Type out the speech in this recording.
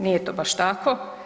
Nije to baš tako.